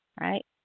right